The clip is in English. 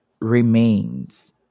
remains